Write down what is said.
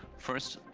first,